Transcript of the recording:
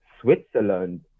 Switzerland